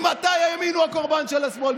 ממתי הימין הוא הקורבן של השמאל?